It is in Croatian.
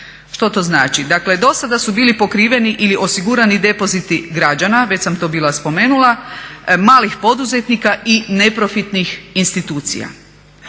Što to znači? Dakle do sada su bili pokriveni ili osigurani depoziti građana, već sam to bila spomenula, malih poduzetnika i neprofitnih institucija.